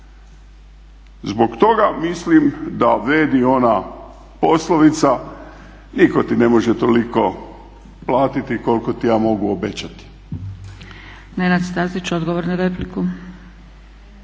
Zbog toga mislim da vrijedi ona poslovica ″nitko ti ne može toliko platiti koliko ti ja mogu obećati″.